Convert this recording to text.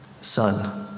Son